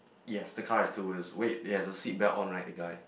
yes the car has two wheels wait it has a seat belt on right the guy